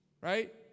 Right